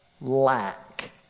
lack